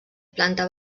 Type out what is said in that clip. planta